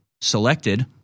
selected